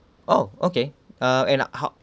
oh okay ah and uh how